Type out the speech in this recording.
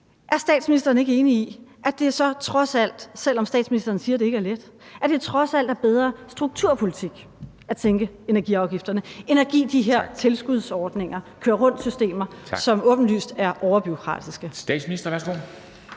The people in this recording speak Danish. Er statsministeren ikke enig i, at det så trods alt, selv om statsministeren siger, det ikke er let, er bedre strukturpolitik at sænke energiafgifterne end at give de her tilskudsordninger – køre rundt-systemer – som åbenlyst er overbureaukratiske?